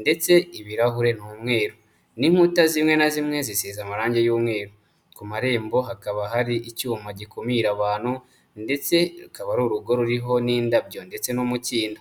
ndetse ibirahure ni umweru n'inkuta zimwe na zimwe zisize amarange y'umweru, ku marembo hakaba hari icyuma gikumira abantu ndetse rukaba ari urugo ruriho n'indabyo ndetse n'umukindo.